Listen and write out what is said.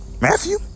Matthew